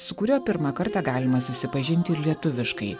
su kuriuo pirmą kartą galima susipažinti ir lietuviškai